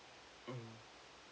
mm